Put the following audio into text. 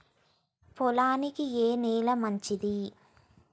పొలానికి ఏ నేల మంచిది?